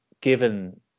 given